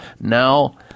now